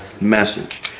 message